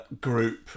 group